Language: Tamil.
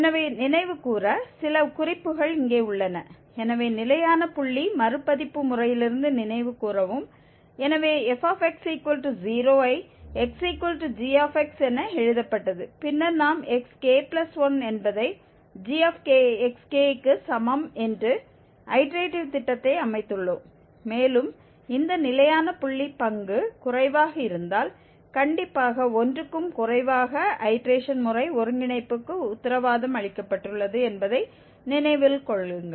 எனவே நினைவுகூர சில குறிப்புகள் இங்கே உள்ளன எனவே நிலையான புள்ளி மறுபதிப்பு முறையிலிருந்து நினைவுகூரவும் எனவே fx0 ஐ xg என எழுதப்பட்டது பின்னர் நாம் xk1 என்பதை g க்கு சமம் என்ற ஐட்டரேட்டிவ் திட்டத்தை அமைத்துள்ளோம் மேலும் இந்த நிலையான புள்ளி பங்கு குறைவாக இருந்தால் கண்டிப்பாக 1 க்கும் குறைவாக ஐடேரேஷன் முறை ஒருங்கிணைப்புக்கு உத்தரவாதம் அளிக்கப்பட்டுள்ளது என்பதை நினைவில் கொள்ளுங்கள்